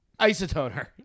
Isotoner